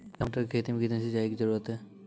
टमाटर की खेती मे कितने सिंचाई की जरूरत हैं?